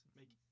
make